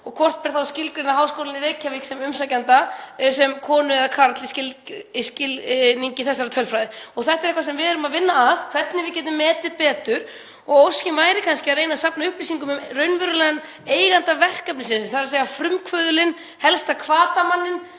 Hvort ber þá að skilgreina Háskólann í Reykjavík, sem umsækjanda, sem konu eða karl í skilningi þessarar tölfræði? Þetta er eitthvað sem við erum að vinna að, hvernig við getum metið þetta betur og óskin væri kannski að reyna að safna upplýsingum um raunverulegan eiganda verkefnisins, þ.e. frumkvöðulinn, helsta hvatamanninn,